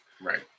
Right